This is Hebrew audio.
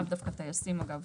לאו דווקא טייסים אגב.